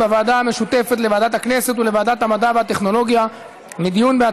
לוועדה המשותפת לוועדת הכנסת ולוועדת המדע והטכנולוגיה נתקבלה.